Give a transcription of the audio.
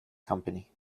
company